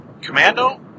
Commando